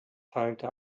teilte